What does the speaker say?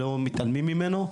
הזה לא מתעלמים ממנו.